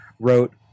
wrote